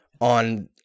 on